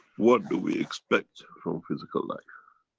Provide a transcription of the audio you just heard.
what do we expect from physical life?